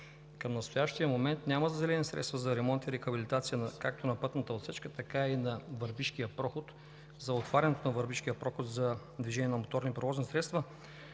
към настоящия момент няма заделени средства за ремонт и рехабилитация както на пътната отсечка, така и на Върбишкия проход, за отварянето на Върбишкия проход за движение на моторни превозни средства.